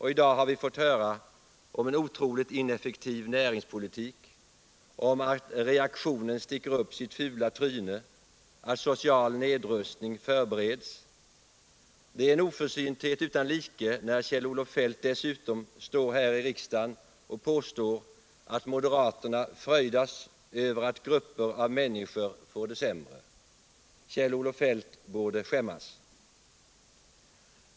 I dag har vi fått höra om en otroligt ineffektiv näringspolitik, om att reaktionen sticker upp sitt fula tryne, att social nedrustning förbereds. Det är en oförsynthet utan like när Kjell-Olof Feldt dessutom står här i riksdagen och påstår att moderaterna fröjdas över att grupper av människor får det sämre. Kjell-Olof Feldt borde skämmas.